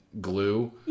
glue